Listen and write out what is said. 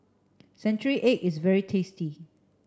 century egg is very tasty